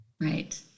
Right